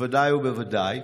בוודאי ובוודאי: